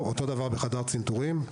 אותו דבר בחדר צנתורים.